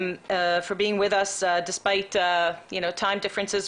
על כך שאתם אתנו למרות הפרשי הזמן.